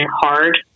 hard